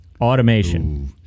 automation